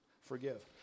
Forgive